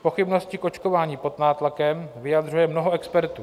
Pochybnosti k očkování pod nátlakem vyjadřuje mnoho expertů.